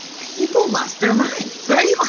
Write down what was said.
people lost their minds. so yeah